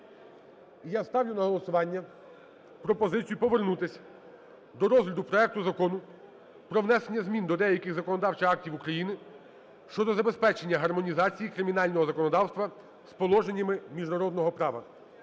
я ставлю на голосування пропозицію повернутись до розгляду проекту Закону про внесення змін до деяких законодавчих актів України щодо забезпечення гармонізації кримінального законодавства з положеннями міжнародного права.